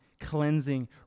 cleansing